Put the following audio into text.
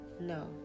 No